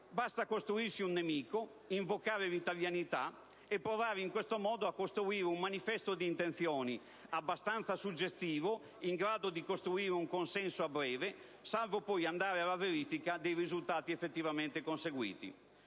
Basta costruirsi un nemico, invocare l'italianità e provare in questo modo a costruire un manifesto di intenzioni abbastanza suggestivo in grado di costruire un consenso a breve, salvo poi andare alla verifica dei risultati effettivamente conseguiti.